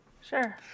Sure